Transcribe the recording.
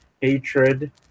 hatred